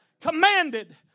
commanded